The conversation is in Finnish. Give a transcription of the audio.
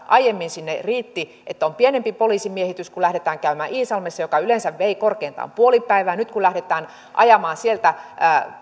aiemmin kuljetusmatkoille riitti pienempi poliisimiehitys kun lähdettiin käymään iisalmessa mikä yleensä vei korkeintaan puoli päivää niin nyt kun lähdetään ajamaan sieltä